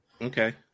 Okay